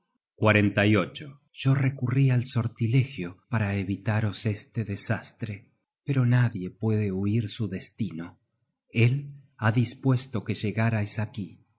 search generated at yo recurrí al sortilegio para evitaros este desastre pero nadie puede huir su destino él ha dispuesto que llegarais aquí